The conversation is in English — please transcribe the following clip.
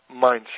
mindset